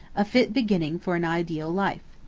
a fit beginning for an ideal life.